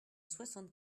soixante